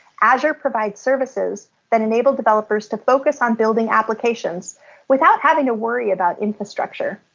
azure provides services that enable developers to focus on building applications without having to worry about infrastructure.